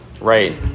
Right